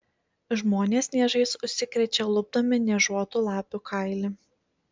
žmonės niežais užsikrečia lupdami niežuotų lapių kailį